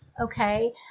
okay